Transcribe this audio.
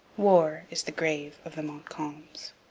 war is the grave of the montcalms